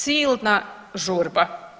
Silna žurba.